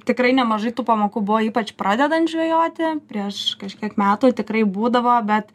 tikrai nemažai tų pamokų buvo ypač pradedant žvejoti prieš kažkiek metų tikrai būdavo bet